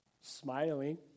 smiling